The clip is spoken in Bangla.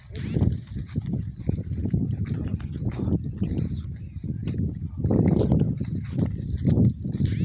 অক ধরণের ফল যেটা শুকিয়ে হেংটেং হউক জেরোম কিসমিস